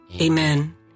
Amen